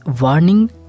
warning